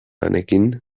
lanekin